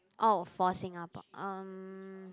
oh for Singapore um